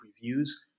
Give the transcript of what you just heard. reviews